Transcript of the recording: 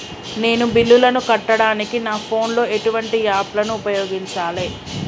నేను బిల్లులను కట్టడానికి నా ఫోన్ లో ఎటువంటి యాప్ లను ఉపయోగించాలే?